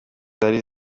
zari